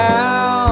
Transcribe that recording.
Now